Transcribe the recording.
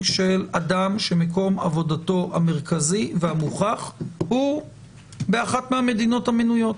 של אדם שמקום עבודתו המרכזי והמוכח הוא באחת מהמדינות המנויות.